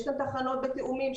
יש תחנות בתיאומים.